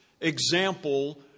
example